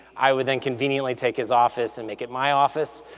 i would then conveniently take his office and make it my office.